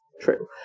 true